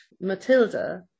Matilda